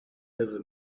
over